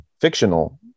fictional